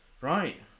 Right